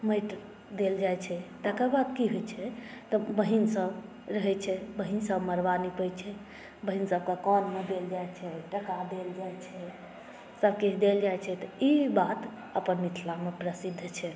माटि देल जाइत छै तकर बाद की होइत छै तऽ बहिनसभ रहैत छै बहिनसभ मड़वा निपैत छै बहिनसभकेँ कानमे देल जाइत छै टाका देल जाइत छै सभकिछु देल जाइत छै तऽ ई बात अपन मिथिलामे प्रसिद्ध छै